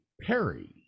Perry